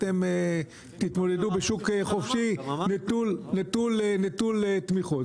אתם תתמודדו בשוק חופשי נטול תמיכות.